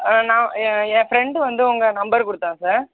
ஆ நான் என் என் ஃப்ரெண்டு வந்து உங்கள் நம்பர் கொடுத்தான் சார்